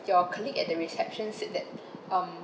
your colleague at the reception said that um